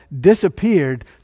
disappeared